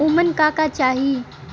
उमन का का चाही?